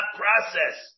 process